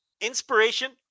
Inspiration